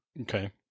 Okay